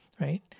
right